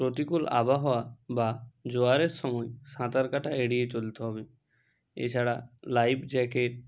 প্রতিকূল আবহাওয়া বা জোয়ারের সময় সাঁতার কাটা এড়িয়ে চলতে হবে এছাড়া লাইফ জ্যাকেট